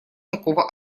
такого